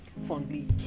fondly